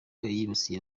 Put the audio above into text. yibasiye